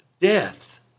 death